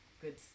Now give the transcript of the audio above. good